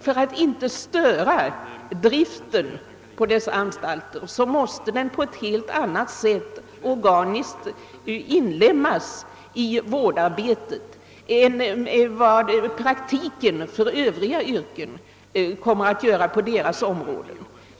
För att inte störa driften på dessa anstalter måste också denna utbildning organisatoriskt inlemmas i vårdarbetet på ett helt anant sätt än praktiktjänstgöringen för övriga yrken.